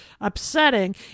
upsetting